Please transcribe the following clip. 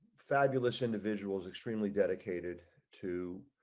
fabulous individuals extremely dedicated to.